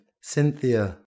Cynthia